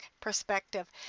perspective